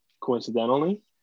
coincidentally